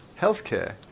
Healthcare